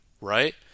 right